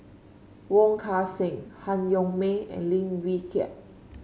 Wong Kan Seng Han Yong May and Lim Wee Kiak